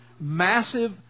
massive